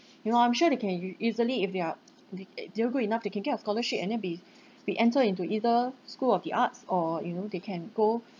you know I'm sure you can u~ easily if they're the they're good enough they can get a scholarship and then be the answer in to either school of the arts or you know they can go